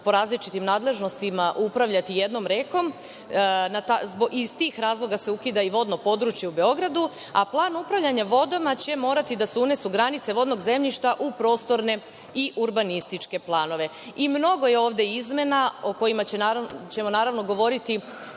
po različitim nadležnostima upravljati jednom rekom. Iz tih razloga se ukida i vodno područje u Beogradu. U plan upravljanja vodama će morati da se unesu granice vodnog zemljišta u prostorne i urbanističke planove. Mnogo je ovde izmena o kojima ćemo naravno govoriti